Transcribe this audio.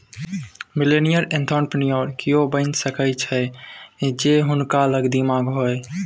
millennial entrepreneur कियो बनि सकैत छथि जौं हुनका लग दिमाग होए